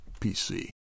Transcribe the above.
PC